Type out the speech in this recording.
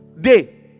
day